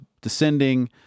descending